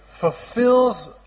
fulfills